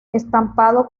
estampado